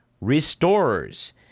restorers